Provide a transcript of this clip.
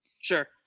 Sure